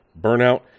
burnout